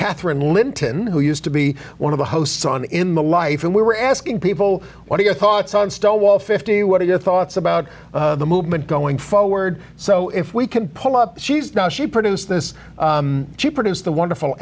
katherine linton who used to be one of the hosts on in the life and we were asking people what are your thoughts on stonewall fifty what are your thoughts about the movement going forward so if we can pull up she's now she produced this she produced the wonderful